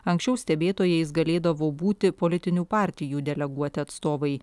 anksčiau stebėtojais galėdavo būti politinių partijų deleguoti atstovai